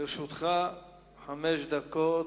לרשותך חמש דקות.